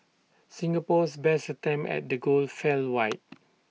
Singapore's best attempts at the goal fell wide